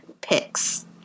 picks